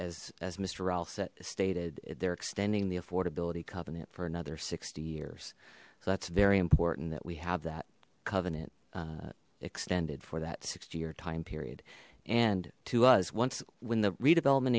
set stated there extending the affordability covenant for another sixty years so that's very important that we have that covenant extended for that sixty year time period and to us once when the redevelopment